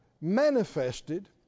manifested